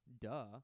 duh